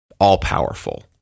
all-powerful